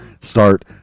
start